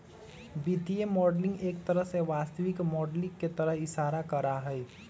वित्तीय मॉडलिंग एक तरह से वास्तविक माडलिंग के तरफ इशारा करा हई